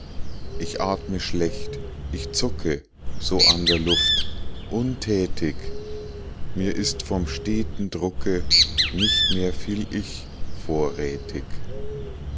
ich atme schlecht ich zucke so an der luft untätig mir ist vom steten drucke nicht mehr viel ich vorrätig